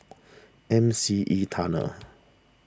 M C E Tunnel